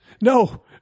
No